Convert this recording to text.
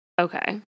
Okay